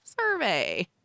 survey